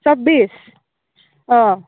ছাব্বিছ অ